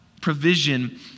provision